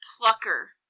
plucker